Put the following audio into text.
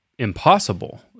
impossible